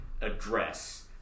address